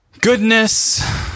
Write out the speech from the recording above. goodness